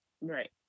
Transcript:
Right